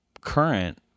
current